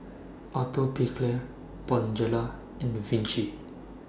Atopiclair Bonjela in The Vichy